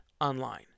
online